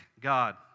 God